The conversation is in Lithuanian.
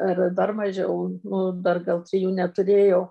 ar dar mažiau nu dar gal trijų neturėjau